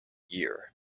year